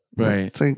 Right